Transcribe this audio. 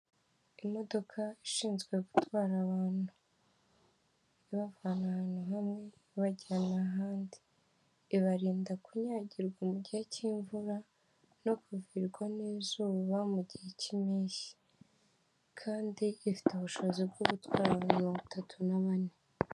Imodoka ishinzwe gutwara abantu ibavana ahantu hamwe ibajyana ahandi, ibarinda kunyagirwa mugihe cy'imvura no kuvirwa n'izuba mugihe kimpeshyi, kandi ifite ubushobozi bwo gutwara abantu mirongo itatu na bane.